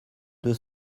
deux